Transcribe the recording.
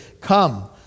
Come